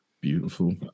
beautiful